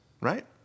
right